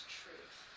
truth